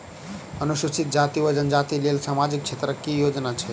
अनुसूचित जाति वा जनजाति लेल सामाजिक क्षेत्रक केँ योजना छैक?